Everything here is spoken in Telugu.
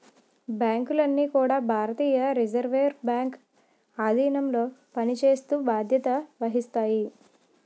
బ్యాంకులన్నీ కూడా భారతీయ రిజర్వ్ బ్యాంక్ ఆధీనంలో పనిచేస్తూ బాధ్యత వహిస్తాయి